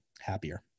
happier